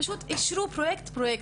הם פשוט אישרו פרויקט-פרויקט,